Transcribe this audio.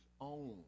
own